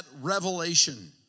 revelation